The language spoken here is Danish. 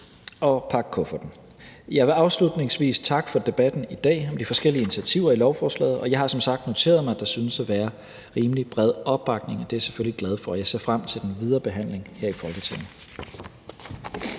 og pakke kufferten. Jeg vil afslutningsvis takke for debatten i dag om de forskellige initiativer i lovforslaget, og jeg har som sagt noteret mig, at der synes at være rimelig bred opbakning, og det er jeg selvfølgelig glad for. Jeg ser frem til den videre behandling her i Folketinget.